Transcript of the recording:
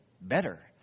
better